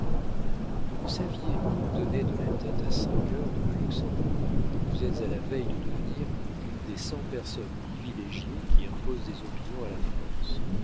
vous ne saviez où donner de la tête à cinq heures dans le luxembourg vous êtes à la veille de devenir une des cent personnes privilégiées qui imposent des opinions à la france